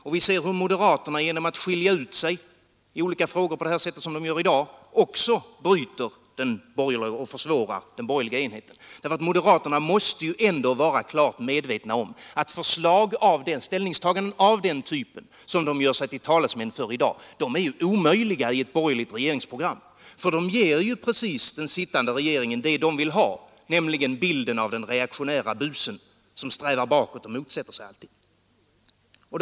Och vi ser hur moderaterna genom att skilja ut sig i olika frågor på det sätt som de gör i dag också bryter sönder och försvårar den borgerliga enheten. Moderaterna måste ju ändå vara klart medvetna om att förslag av den typen som de gör sig till talesmän för i dag är omöjliga i ett borgerligt regeringsprogram, för de ger den sittande regeringen precis det den vill ha, nämligen bilden av den reaktionäre busen som strävar bakåt och motsätter sig allting.